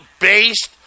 based